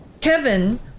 Kevin